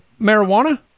marijuana